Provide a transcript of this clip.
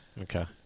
Okay